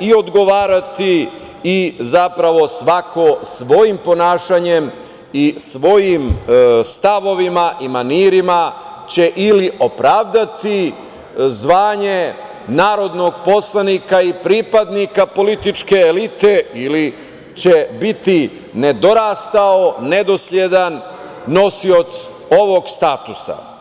i odgovarati i svako svojim ponašanjem i svojim stavovima, manirima će ili opravdati zvanje narodnog poslanika i pripadnika političke elite ili će biti nedorastao, nedosledan nosilac ovog statusa.